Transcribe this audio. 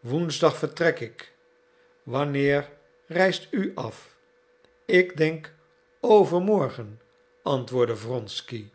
woensdag vertrek ik wanneer reist u af ik denk overmorgen antwoordde wronsky